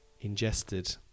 ingested